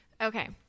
Okay